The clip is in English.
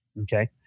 Okay